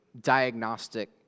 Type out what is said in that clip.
diagnostic